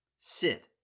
Sit